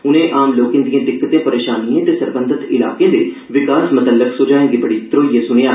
उनें आम लोकें दिए दिक्कते परेशानिएं ते सरबंधत इलाकें दे विकास मतल्लक सुझाएं गी बड़ी धरोइयै सुनेआ